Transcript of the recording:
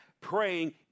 praying